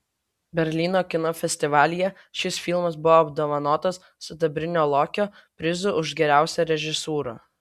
berlyno kino festivalyje šis filmas buvo apdovanotas sidabrinio lokio prizu už geriausią režisūrą